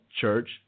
church